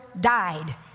died